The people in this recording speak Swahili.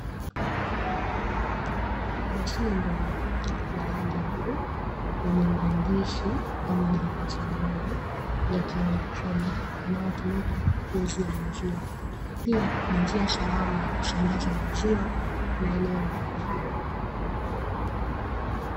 Mashine ndogo ya rangi ya bluu yenye maandishi pamoja na picha ya ng'ombe ya kielectroniki inayotumika kuuzia maziwa. Pia ni njia salama ya kusambaza maziwa maeneo mbalimbali.